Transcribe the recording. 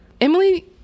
Emily